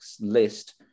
list